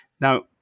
Now